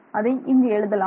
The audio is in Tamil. அதை இங்கு எழுதலாம்